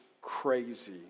crazy